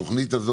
יחד עם זאת,